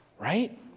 Right